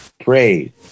pray